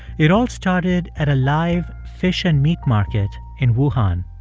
it all started at a live fish and meat market in wuhan,